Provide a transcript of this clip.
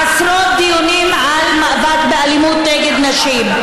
עשרות דיונים על מאבק באלימות נגד נשים,